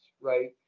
right